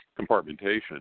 compartmentation